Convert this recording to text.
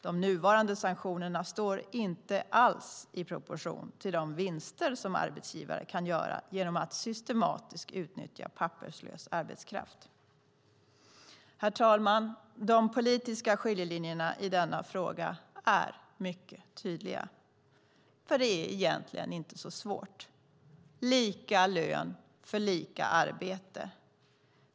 De nuvarande sanktionerna står inte alls i proportion till de vinster som arbetsgivare kan göra genom att systematiskt utnyttja papperslös arbetskraft. Herr talman! De politiska skiljelinjerna i denna fråga är mycket tydliga. Det är egentligen inte så svårt: lika lön för lika arbete.